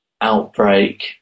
Outbreak